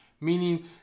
meaning